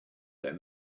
their